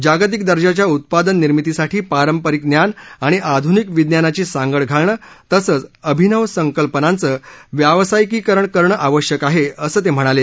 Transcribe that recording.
जागतिक दर्जाच्या उत्पादन निर्मितीसाठी पारंपरिक ज्ञान आणि आध्निक विज्ञानाची सांगड घालणं तसंच अभिनव संकल्पनांचं व्यावसायिकीरण करणं आवश्यक आहे असं त्यांनी सांगितलं